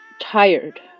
tired